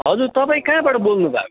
हजुर ततपाईँ कहाँबाट बोल्नुभएको